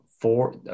four